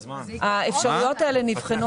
האפשרויות האלה נבחנו